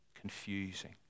Confusing